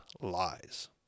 lies